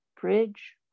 bridge